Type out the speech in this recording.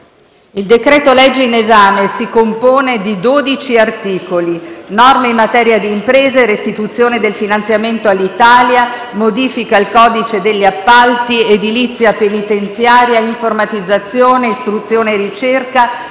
Il decreto-legge in esame si compone di 12 articoli (norme in materia di imprese, restituzione del finanziamento Alitalia, modifiche al codice degli appalti, edilizia penitenziaria, informatizzazione, istruzione e ricerca,